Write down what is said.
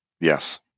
Yes